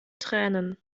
tränen